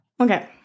Okay